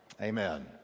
Amen